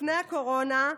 לפני הקורונה,